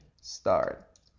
start